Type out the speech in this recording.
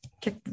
kick